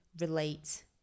relate